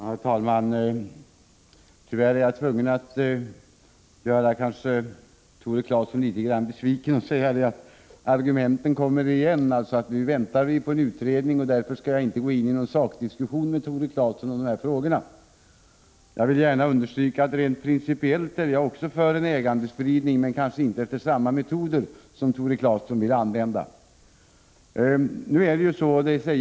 Herr talman! Tyvärr är jag tvungen att göra Tore Claeson litet besviken och säga att argumenten kommer igen. Vi väntar nu på en utredning, och jag skall därför inte gå in i någon sakdiskussion med Tore Claeson om dessa frågor. Jag vill gärna understryka att jag också rent principiellt är för en ägandespridning, men kanske inte enligt samma metoder som Tore Claeson vill använda.